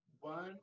one